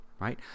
right